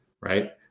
right